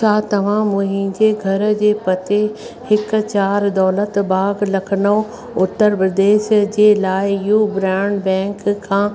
छा तव्हां मुंहिंजे घर जे पते हिक चारि दौलत बाग लखनऊ उत्तर प्रदेश जे लाइ यू ब्रांडबैंक खां